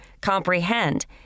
comprehend